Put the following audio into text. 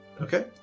Okay